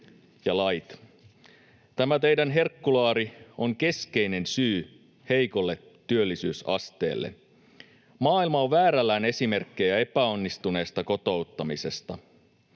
Tämä teidän herkkulaarinne on keskeinen syy heikolle työllisyysasteelle. Maailma on väärällään esimerkkejä epäonnistuneesta kotouttamisesta.